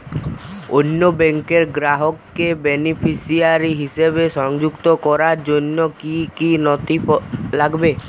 অন্য ব্যাংকের গ্রাহককে বেনিফিসিয়ারি হিসেবে সংযুক্ত করার জন্য কী কী নথি লাগবে?